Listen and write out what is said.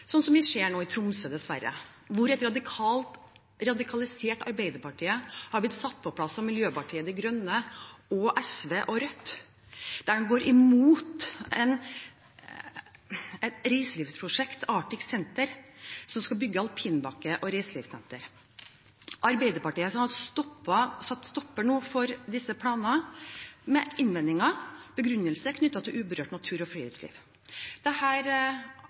vi dessverre ser i Tromsø nå, hvor et radikalisert Arbeiderparti har blitt satt på plass av Miljøpartiet De Grønne, SV og Rødt. De går imot et reiselivsprosjekt, Arctic Center, som skulle bygge alpinbakke og reiselivssenter. Arbeiderpartiet har nå satt en stopper for disse planene med innvendinger og begrunnelse knyttet til uberørt natur og friluftsliv. Dette prosjektet ville, etter det